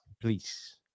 Please